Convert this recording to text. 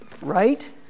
right